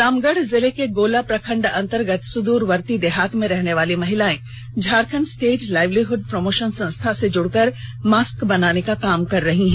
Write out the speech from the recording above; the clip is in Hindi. रामगढ़ जिले के गोला प्रखंड अंतर्गत सुदूरवर्ती देहात में रहने वाली महिलाएं झारखंड स्टेट लाइवलीहुड प्रोमोशन संस्था से जुड़कर मास्क बनाने का काम कर रही है